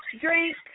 drink